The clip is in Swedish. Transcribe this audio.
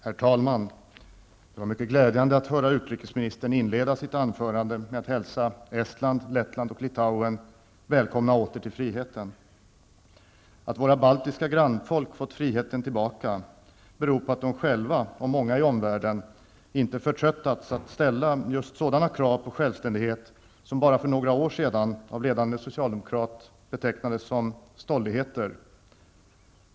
Herr talman! Det var mycket glädjande att höra utrikesministern inleda sitt anförande med att hälsa Estland, Lettland och Litauen välkomna åter till friheten. Att våra baltiska grannfolk fått tillbaka friheten beror på att de själva och många i omvärlden inte förtröttats att ställa just sådana krav på självständighet som för bara några år sedan av en ledande socialdemokrat betecknades som ''stolligheter''.